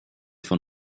von